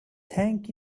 thank